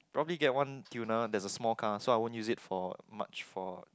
probably get one tuner there's a small car so I won't use it for much for